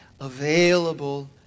available